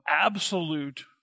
absolute